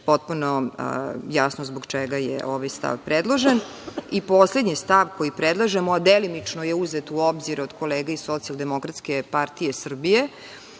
potpuno jasno zbog čega je ovaj stav predložen. Poslednji stav koji predlažemo, a delimično je uzet u obzir od kolega iz SDPS, a to je da je